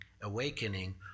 awakening